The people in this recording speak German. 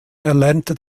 erlernte